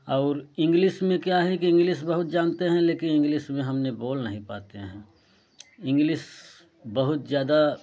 और इंग्लिस में क्या है कि इंग्लिस बहुत जानते हैं लेकिन इंग्लिस में हमने बोल नहीं पाते हैं इंग्लिस बहुत ज़्यादा